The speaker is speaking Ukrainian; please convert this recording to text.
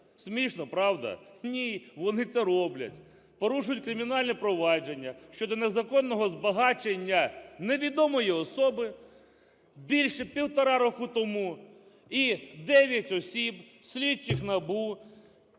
Смішно, правда? Ні, вони це роблять, порушують кримінальне провадження щодо незаконного збагачення невідомої особи більше півтора року тому. І 9 осіб слідчих НАБУ,